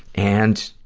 and,